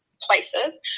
Places